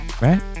right